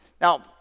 Now